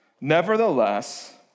Nevertheless